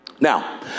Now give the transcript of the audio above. Now